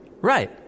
Right